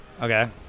Okay